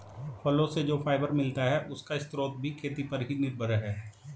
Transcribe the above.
फलो से जो फाइबर मिलता है, उसका स्रोत भी खेती पर ही निर्भर है